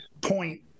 point